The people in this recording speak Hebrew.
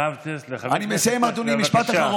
הרב טסלר, צריך לסיים, בבקשה.